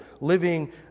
living